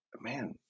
man